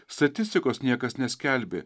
statistikos niekas neskelbė